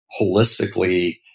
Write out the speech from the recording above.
holistically